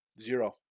Zero